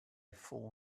full